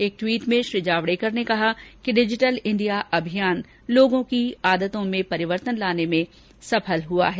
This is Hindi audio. एक टवीट में प्रकाश जावड़ेकर ने कहा कि डिजिटल इंडिया अभियान लोगों की आदतों में परिवर्तन लाने में सफल हुआ है